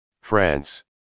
France